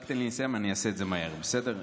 רק תן לי לסיים, ואעשה את זה מהר, בסדר?